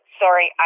sorry